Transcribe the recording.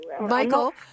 Michael